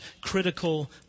critical